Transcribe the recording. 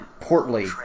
portly